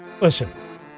Listen